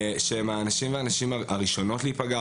שהם האנשים והנשים הראשונות להיפגע.